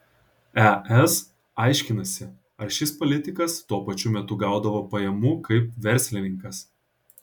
es aiškinasi ar šis politikas tuo pačiu metu gaudavo pajamų kaip verslininkas